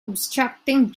obstructing